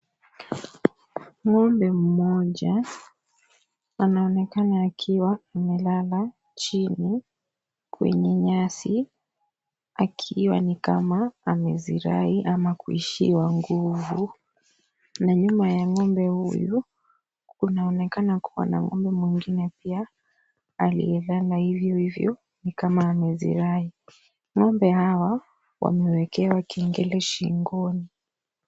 Ng'ombe mmoja anaonekana akiwa amelala chini kwenye nyasi akiwa ni kama amezirai ama kuishiwa nguvu na nyuma ya ng'ombe huyu kunaonekana kuwa na ng'ombe mwengine pia aliyelala hivyo hivyo ni kama amezirai. Ng'ombe hawa wamewekewa kengele shingoni.